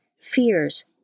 fears